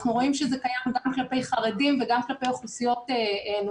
אנחנו רואים שזה קיים גם כלפי חרדים וגם כלפי אוכלוסיות נוספות.